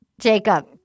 Jacob